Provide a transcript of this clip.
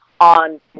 on